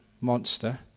monster